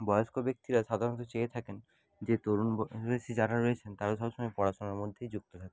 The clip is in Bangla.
বয়স্ক ব্যক্তিরা সাধারণত চেয়ে থাকেন যে তরুণ বয়সী যারা রয়েছেন তারা সবসময় পড়াশোনার মধ্যেই যুক্ত থাকুক